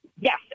Yes